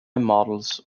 models